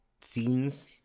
scenes